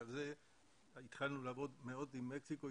בגלל זה התחלנו לעבוד עם מקסיקו,